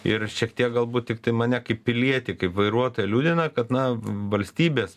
ir šiek tiek galbūt tiktai mane kaip pilietį kaip vairuotoją liūdina kad na valstybės